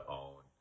own